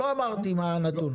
לא אמרתי מה הנתון.